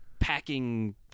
packing